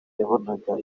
yabonaga